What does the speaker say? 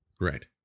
Right